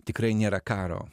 tikrai nėra karo